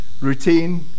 routine